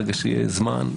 ברגע שיהיה זמן,